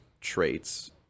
traits